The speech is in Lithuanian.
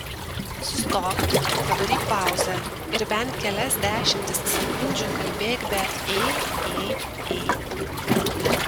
sustok padaryk pauzę ir bent kelias dešimtis sekundžių kalbėk be ė ė ė